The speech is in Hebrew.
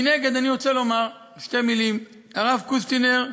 מנגד, אני רוצה לומר שתי מילים: הרב קוסטינר,